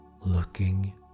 looking